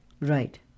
right